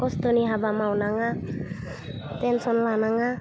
खस्थ'नि हाबा मावनाङा टेनसन लानाङा